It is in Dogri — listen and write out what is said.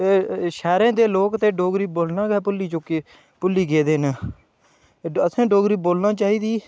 अ शैह्रें दे लोक ते डोगरी बोलना गै भुल्ली चुके भुल्ली गेदे न असें डोगरी बोलना चाहिदी